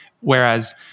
Whereas